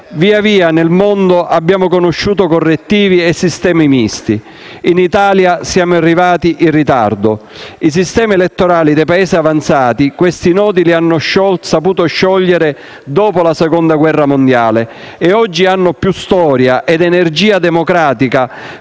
Via via, nel mondo, abbiamo conosciuto correttivi e sistemi misti. In Italia siamo arrivati in ritardo. I sistemi elettorali dei Paesi avanzati questi nodi li hanno saputi sciogliere dopo la Seconda guerra mondiale e oggi hanno più storia ed energia democratica